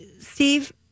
Steve